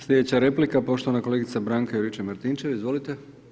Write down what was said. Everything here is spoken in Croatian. Slijedeća replika poštovana kolegica Branka Juričev- Martinčev, izvolite.